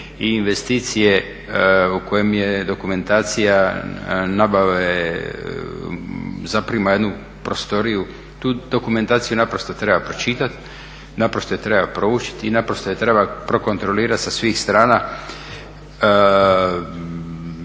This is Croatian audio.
i investicije u kojima je dokumentacija nabave zaprima jednu prostoriju. Tu dokumentaciju naprosto treba pročitati, naprosto je treba proučiti i naprosto je treba prokontrolirati sa svih strana.